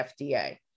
FDA